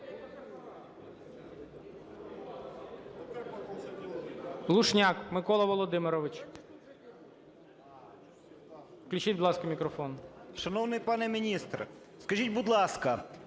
Шановний пане міністр, скажіть, будь ласка,